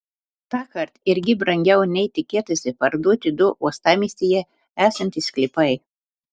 tąkart irgi brangiau nei tikėtasi parduoti du uostamiestyje esantys sklypai